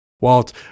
Walt